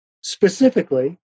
specifically